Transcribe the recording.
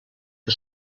que